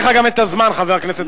אין לך גם הזמן, חבר הכנסת זחאלקה.